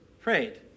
prayed